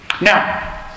Now